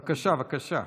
בבקשה.